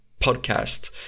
podcast